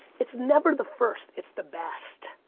it's never the first, it's the best.